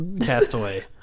Castaway